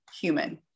human